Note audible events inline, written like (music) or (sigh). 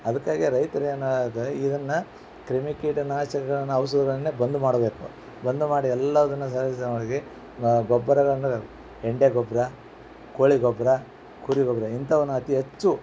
ಅದಕ್ಕಾಗಿ ರೈತ್ರು ಏನಾದ್ರು ಇದನ್ನು ಕ್ರಿಮಿ ಕೀಟ ನಾಶಕಗಳನ್ನು ಔಷಧಗಳನ್ನೇ ಬಂದ್ ಮಾಡಬೇಕು ಬಂದು ಮಾಡಿ ಎಲ್ಲದನ್ನು (unintelligible) ಗೊಬ್ಬರಗಳನ್ನು ಹೆಂಡೆ ಗೊಬ್ಬರ ಕೋಳಿ ಗೊಬ್ಬರ ಕುರಿ ಗೊಬ್ಬರ ಇಂಥವ್ನ ಅತೀ ಹೆಚ್ಚು